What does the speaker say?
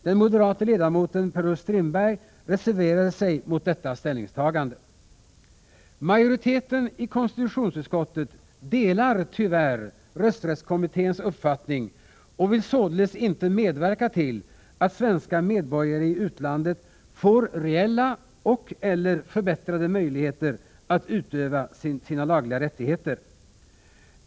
Den moderate ledamoten Per-Olof Strindberg reserverade sig mot detta ställningstagande. Majoriteten i konstitutionsutskottet delar tyvärr rösträttskommitténs uppfattning och vill således inte medverka till att svenska medborgare i utlandet får reella och/eller förbättrade möjligheter att utöva sina lagliga rättigheter.